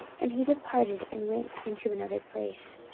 and he departed, and went into another place.